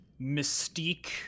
mystique